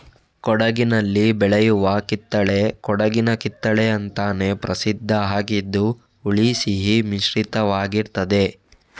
ಕೊಡಗಿನಲ್ಲಿ ಬೆಳೆಯುವ ಕಿತ್ತಳೆ ಕೊಡಗಿನ ಕಿತ್ತಳೆ ಅಂತಾನೇ ಪ್ರಸಿದ್ಧ ಆಗಿದ್ದು ಹುಳಿ ಸಿಹಿ ಮಿಶ್ರಿತವಾಗಿರ್ತದೆ